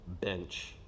bench